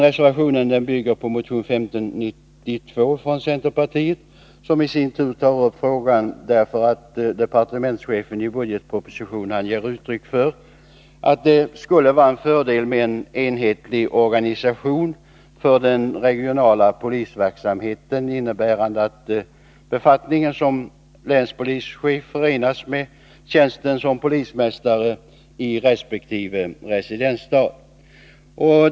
Reservationen bygger på motion nr 1592 från centerpartiet, som i sin tur tar upp frågan därför att departementschefen i budgetpropositionen ger uttryck för att det skulle vara en fördel med en enhetlig organisation för den regionala polisverksamheten, innebärande att befattningen som länspolischef förenas med tjänsten som polismästare i resp. residensstad.